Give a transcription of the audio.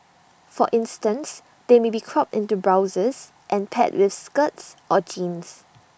for instance they might be cropped into blouses and paired with skirts or jeans